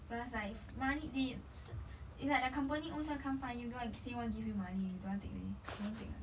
plus like money they 吃 it's like the company own self come find you go and say want give you money you don't want take meh you confirm take [what]